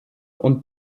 und